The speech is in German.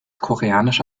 koreanische